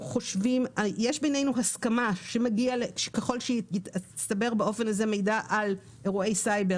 יש בינינו הסכמה שככל שיצטבר באופן הזה מידע על אירועי סייבר,